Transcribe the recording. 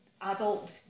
adult